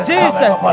Jesus